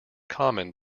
common